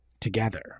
together